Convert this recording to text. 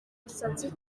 musatsi